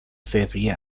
فوریه